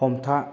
हमथा